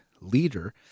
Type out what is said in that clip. leader